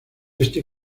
este